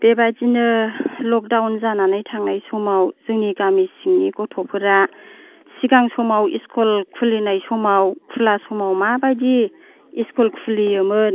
बेबायदिनो लखदाउन जानानै थांनाय समाव जोंनि गामि सिंनि गथ'फोरा सिगां समाव स्कुल खुलिनाय समाव खुला समाव माबायदि स्कुल खुलियोमोन